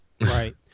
right